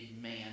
man